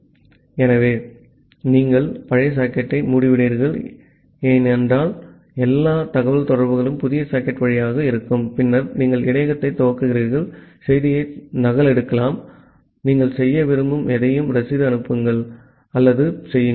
ஆகவே நீங்கள் பழைய சாக்கெட்டை மூடிவிடுவீர்கள் ஏனென்றால் எல்லா தகவல்தொடர்புகளும் புதிய சாக்கெட் வழியாக இருக்கும் பின்னர் நீங்கள் இடையகத்தை துவக்குகிறீர்கள் செய்தியை நகலெடுக்கலாம் நீங்கள் செய்ய விரும்பும் எதையும் ரசீது அனுப்புங்கள் அல்லது செய்யுங்கள்